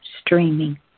streaming